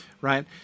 right